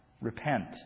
repent